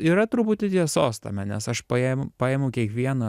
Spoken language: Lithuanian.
yra truputį tiesos tame nes aš paėm paimu kiekvieną